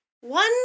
One